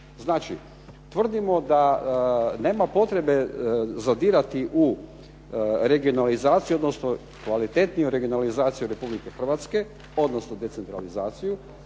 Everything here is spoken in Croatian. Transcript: Znači, tvrdimo da nema potrebe zadirati u regionalizaciju, odnosno kvalitetniju regionalizaciju RH, odnosno decentralizaciju,